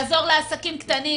לעזור לעסקים קטנים,